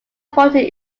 appointed